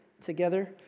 together